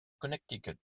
connecticut